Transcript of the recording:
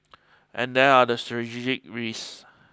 and there are the strategic risks